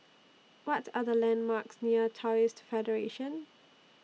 What Are The landmarks near Taoist Federation